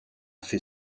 fait